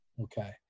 Okay